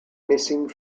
missing